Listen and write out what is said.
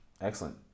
Excellent